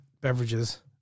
beverages